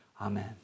amen